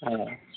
آ